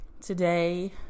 Today